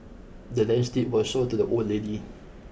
the land's deed was sold to the old lady